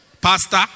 Pastor